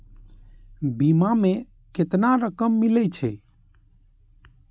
बीमा में केतना रकम मिले छै?